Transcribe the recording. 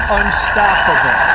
unstoppable